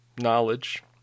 knowledge